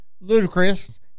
ludicrous